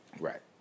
Right